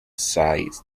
site